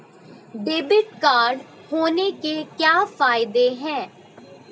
Debit card होने के क्या फायदे हैं?